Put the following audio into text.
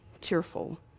cheerful